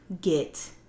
get